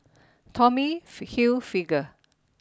Tommy Hilfiger